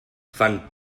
fan